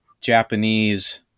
Japanese